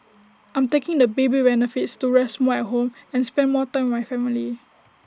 I'm taking the baby benefits to rest more at home and spend more time with my family